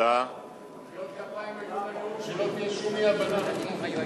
מחיאות הכפיים היו לנאום, שלא תהיה שום אי-הבנה.